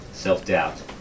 self-doubt